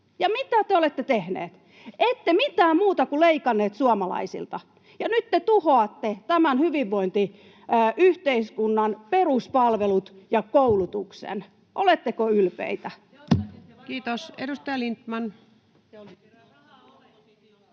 ja mitä te olette tehneet? Ette mitään muuta kuin leikanneet suomalaisilta. Ja nyt te tuhoatte tämän hyvinvointiyhteiskunnan peruspalvelut ja koulutuksen. Oletteko ylpeitä? [Ritva Elomaa: